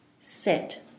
sit